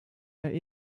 der